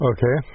Okay